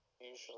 Usually